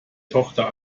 tochter